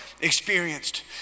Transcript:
experienced